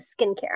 skincare